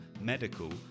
medical